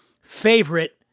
favorite